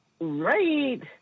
right